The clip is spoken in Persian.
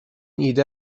ایده